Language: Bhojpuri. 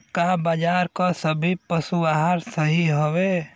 का बाजार क सभी पशु आहार सही हवें?